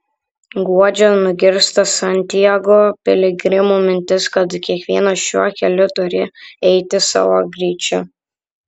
guodžia nugirsta santiago piligrimų mintis kad kiekvienas šiuo keliu turi eiti savo greičiu